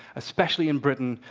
especially in britain,